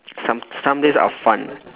some some days are fun